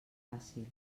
fàcil